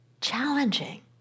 challenging